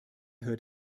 hört